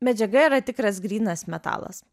medžiaga yra tikras grynas metalas